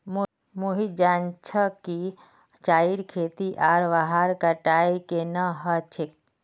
मोहित जान छ कि चाईर खेती आर वहार कटाई केन न ह छेक